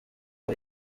aho